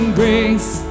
grace